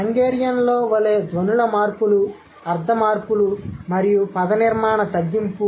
హంగేరియన్లో వలె ధ్వనుల మార్పులు అర్థ మార్పులు మరియు పదనిర్మాణ తగ్గింపు